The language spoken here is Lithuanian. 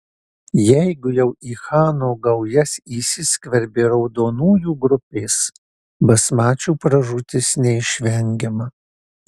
jeigu jau į chano gaujas įsiskverbė raudonųjų grupės basmačių pražūtis neišvengiama